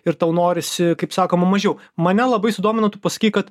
ir tau norisi kaip sakoma mažiau mane labai sudomino tu pasakei kad